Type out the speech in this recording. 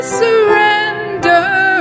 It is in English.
surrender